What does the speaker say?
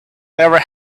never